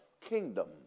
kingdom